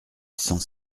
sans